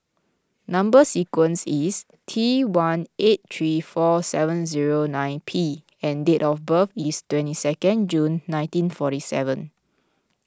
Number Sequence is T one eight three four seven zero nine P and date of birth is twenty second June nineteen forty seven